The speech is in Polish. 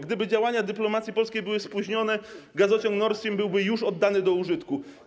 Gdyby działania dyplomacji polskiej były spóźnione, gazociąg Nord Stream byłby już oddany do użytku.